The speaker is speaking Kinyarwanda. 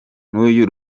n’uyu